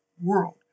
world